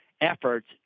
efforts